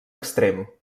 extrem